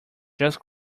just